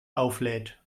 auflädt